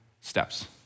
steps